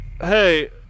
Hey